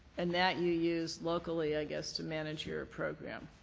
and that you use locally, i guess, to manage your program.